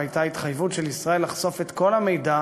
והייתה התחייבות של ישראל לחשוף את כל המידע